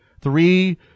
three